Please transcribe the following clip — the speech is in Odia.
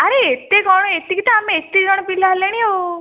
ଆରେ ଏତେ କଣ ଏତିକି ତ ଆମେ ଏତେଜଣ ପିଲା ହେଲେଣି ଆଉ